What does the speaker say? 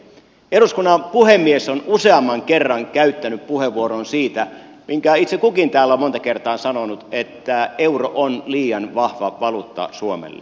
eduskunnan puhemies on useamman kerran käyttänyt puheenvuoron siitä minkä itse kukin täällä on monta kertaa sanonut että euro on liian vahva valuutta suomelle